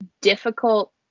difficult